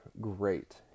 great